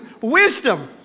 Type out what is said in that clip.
wisdom